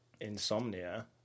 insomnia